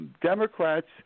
Democrats